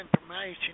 information